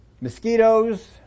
mosquitoes